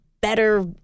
better